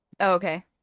Okay